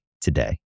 today